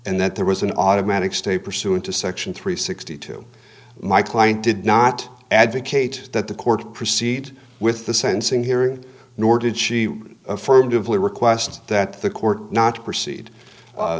and that there was an automatic stay pursuant to section three sixty two my client did not advocate that the court proceed with the sentencing hearing nor did she affirmatively request that the court not to proceed